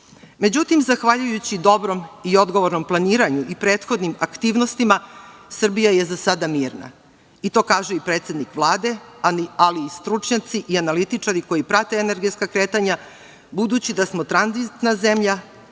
Međutim, zahvaljujući dobrom i odgovornom planiranju i prethodnim aktivnostima, Srbija je za sada mirna, i to kažu i predsednik Vlade, ali i stručnjaci i analitičari koji prate energetska kretanja. Budući da smo tranzitna zemlja,